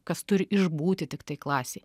kas turi išbūti tiktai klasėj